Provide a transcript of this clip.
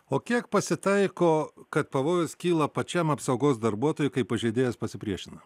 o kiek pasitaiko kad pavojus kyla pačiam apsaugos darbuotojui kai pažeidėjas pasipriešina